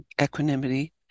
equanimity